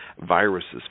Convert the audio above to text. viruses